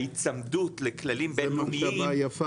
ההיצמדות לכללים בינלאומיים --- זו מחשבה יפה.